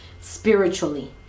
spiritually